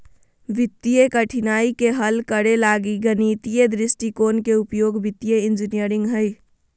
वित्तीय कठिनाइ के हल करे लगी गणितीय दृष्टिकोण के उपयोग वित्तीय इंजीनियरिंग हइ